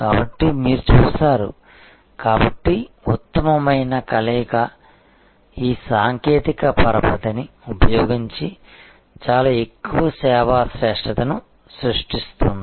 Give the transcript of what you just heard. కాబట్టి మీరు చూస్తారు కాబట్టి ఉత్తమమైన కలయిక ఈ సాంకేతిక పరపతిని ఉపయోగించి చాలా ఎక్కువ సేవా శ్రేష్ఠతను సృష్టిస్తుంది